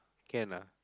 can lah